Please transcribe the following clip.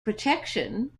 protection